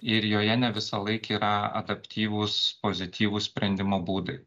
ir joje ne visąlaik yra adaptyvūs pozityvūs sprendimo būdai